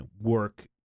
work